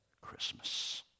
Christmas